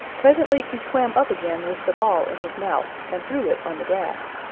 presently he swam up again with the ball in his mouth, and threw it on the grass.